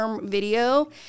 video